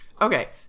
Okay